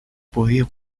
podido